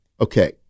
Okay